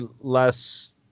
less